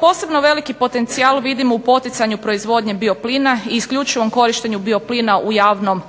Posebno veliki potencijal vidimo u poticanju proizvodnje bioplina i isključivom korištenju bioplina u javnom